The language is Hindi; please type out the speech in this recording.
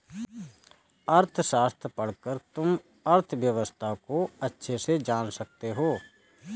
अर्थशास्त्र पढ़कर तुम अर्थव्यवस्था को अच्छे से जान सकते हो